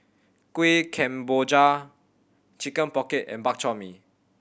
Kueh Kemboja Chicken Pocket and Bak Chor Mee